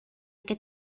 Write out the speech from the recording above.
que